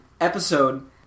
episode